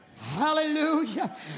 Hallelujah